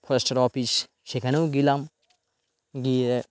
ফরেস্টের অফিস সেখানেও গেলাম গিয়ে